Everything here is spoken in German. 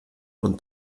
und